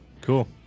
Cool